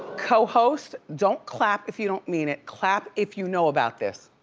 co-hosts, don't clap if you don't mean it. clap if you know about this.